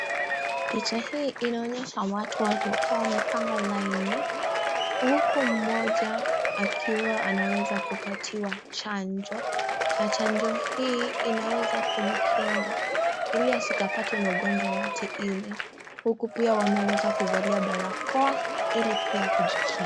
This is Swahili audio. Picha hii inaonyesha watu waliokuwa wamepanga laini huku mmoja akiwa anaweza kupatiwa chanjo nabchanjo hii inaweza kumkinga ili asikapatwe na ugonjwa ile huku pia wameweza kuvalia barakoa ili pia kujikinga.